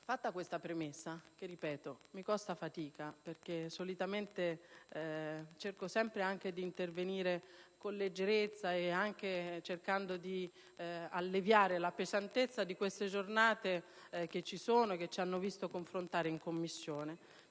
2009». Questa premessa, ripeto, mi costa fatica perché solitamente cerco sempre di intervenire con leggerezza, cercando di alleviare la pesantezza di queste giornate che ci hanno visto confrontare in Commissione.